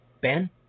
Ben